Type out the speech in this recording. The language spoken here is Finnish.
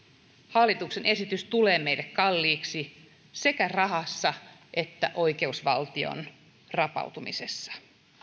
hallituksen esitys tulee meille kalliiksi sekä rahassa että oikeusvaltion rapautumisessa